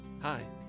Hi